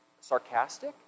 sarcastic